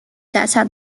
辖下